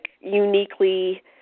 uniquely